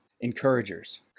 encouragers